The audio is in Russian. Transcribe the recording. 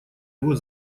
его